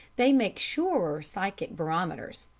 they make surer psychic barometers.